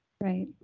Right